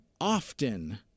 often